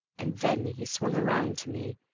and then he swung around to me,